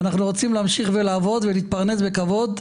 ואנחנו רוצים להמשיך לעבוד ולהתפרנס בכבוד,